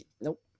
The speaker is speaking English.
nope